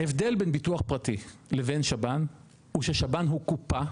ההבדל בין ביטוח פרטי לבין שב"ן הוא שבשב"ן הוא קופה,